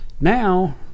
now